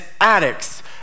addicts